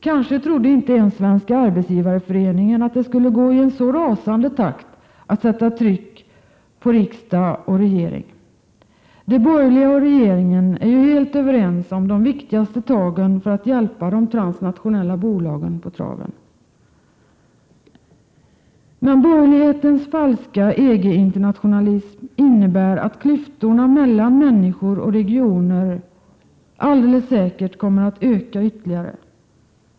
Kanske trodde inte ens Svenska arbetsgivareföreningen att det skulle gå i en så rasande takt att sätta tryck på riksdag och regering. De borgerliga och regeringen är ju helt överens om de viktigaste tagen för att hjälpa de transnationella bolagen på traven. Men borgerlighetens falska EG-internationalism innebär alldeles säkert att klyftorna mellan människor och regioner kommer att öka ytterligare.